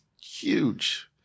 huge